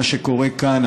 מה שקורה כאן,